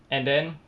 and then